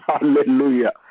Hallelujah